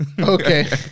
Okay